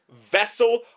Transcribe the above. vessel